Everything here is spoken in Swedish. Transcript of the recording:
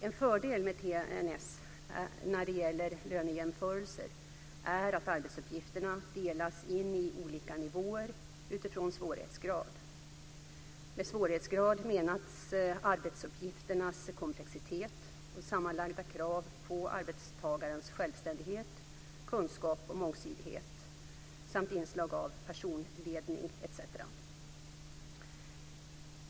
En fördel med TNS när det gäller lönejämförelser är att arbetsuppgifterna delas in i olika nivåer utifrån svårighetsgrad. Med svårighetsgrad menas arbetsuppgifternas komplexitet och sammanlagda krav på arbetstagarens självständighet, kunskap och mångsidighet samt inslag av personalledning etc.